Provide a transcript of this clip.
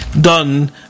done